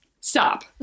Stop